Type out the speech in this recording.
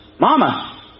Mama